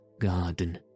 garden